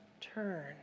turn